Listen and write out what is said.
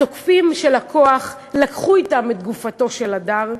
התוקפים של הכוח לקחו אתם את גופתו של הדר.